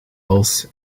als